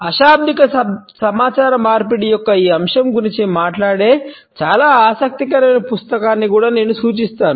అశాబ్దిక సమాచార మార్పిడి యొక్క ఈ అంశం గురించి మాట్లాడే చాలా ఆసక్తికరమైన పుస్తకాన్ని కూడా నేను సూచిస్తాను